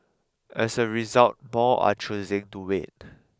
as a result more are choosing to wait